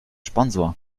sponsor